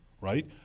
right